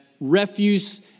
refuse